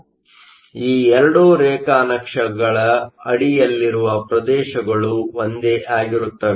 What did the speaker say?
ಆದ್ದರಿಂದ ಈ 2 ರೇಖಾನಕ್ಷೆಗಳ ಅಡಿಯಲ್ಲಿರುವ ಪ್ರದೇಶಗಳು ಒಂದೇ ಆಗಿರುತ್ತವೆ